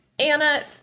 Anna